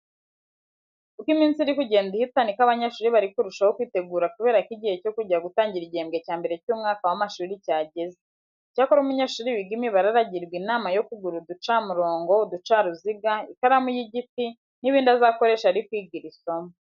Uko iminsi iri kugenda ihita ni ko abanyeshuri bari kurushaho kwitegura kubera ko igihe cyo kujya gutangira igihembwe cya mbere cy'umwaka w'amashuri cyageze. Icyakora umunyeshuri wiga imibare arajyirwa inama yo kugura uducamurongo, uducaruziga, ikaramu y'igiti n'ibindi azakoresha ari kwiga iri somo.